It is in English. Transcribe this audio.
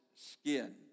skin